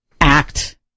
act